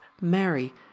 Mary